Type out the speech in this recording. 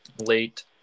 late